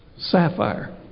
Sapphire